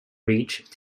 reach